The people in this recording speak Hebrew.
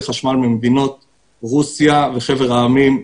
חשמל ממדינות רוסיה וחבר העמים לשעבר.